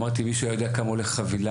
אמרתי, אם מישהו היה יודע כמה עולה חבילה?